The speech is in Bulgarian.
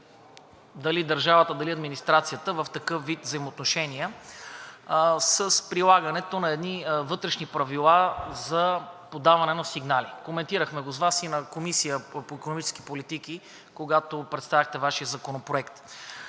дали държавата, дали администрацията в такъв вид взаимоотношения, с прилагането на едни вътрешни правила за подаване на сигнали. Коментирахме го с Вас и на Комисията по икономическите политики, когато представяхте Вашия законопроект.